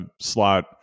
slot